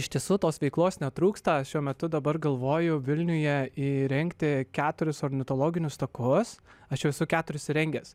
iš tiesų tos veiklos netrūksta šiuo metu dabar galvoju vilniuje įrengti keturis ornitologinius takus aš jau esu keturis įrengęs